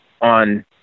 on